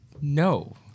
no